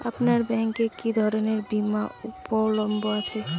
আপনার ব্যাঙ্ক এ কি কি ধরনের বিমা উপলব্ধ আছে?